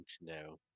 No